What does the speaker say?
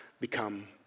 become